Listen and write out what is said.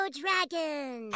dragon